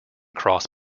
cross